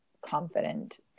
confident